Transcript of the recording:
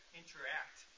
interact